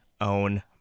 own